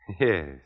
Yes